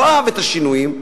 שלא אהב את השינויים,